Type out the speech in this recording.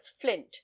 flint